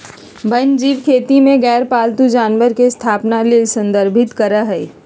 वन्यजीव खेती में गैर पालतू जानवर के स्थापना ले संदर्भित करअ हई